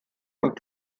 und